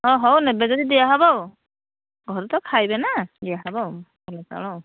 ହ ହଉ ନେବେ ଯଦି ଦିଆହେବ ଆଉ ଘରେ ତ ଖାଇବେ ନା ଦିଆହେବ ଆଉ ଚାଉଳ ଆଉ